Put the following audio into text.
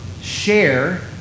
share